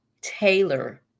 Taylor